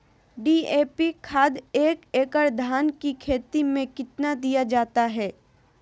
DAP खाद एक एकड़ धान की खेती में कितना दीया जाता है?